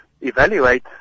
evaluate